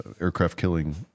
aircraft-killing